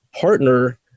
partner